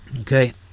Okay